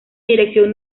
dirección